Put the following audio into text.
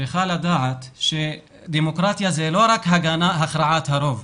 צריכה לדעת שדמוקרטיה זה לא רק הכרעת הרוב.